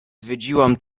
zwiedziłam